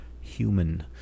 human